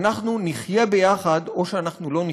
אנחנו נחיה ביחד או שאנחנו לא נחיה.